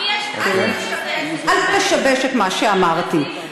אל תשבש את מה שאמרתי.